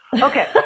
Okay